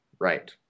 right